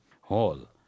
hall